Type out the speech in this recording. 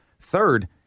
Third